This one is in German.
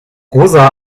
rosa